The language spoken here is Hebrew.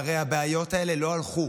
והרי הבעיות האלה לא הלכו,